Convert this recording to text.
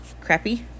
crappy